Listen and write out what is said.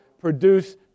produce